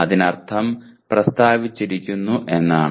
അതിനർത്ഥം പ്രസ്താവിച്ചിരിക്കുന്നു എന്നാണ്